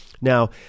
Now